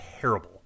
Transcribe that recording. terrible